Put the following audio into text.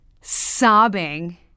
sobbing